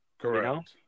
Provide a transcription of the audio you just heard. Correct